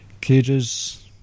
cages